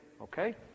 Okay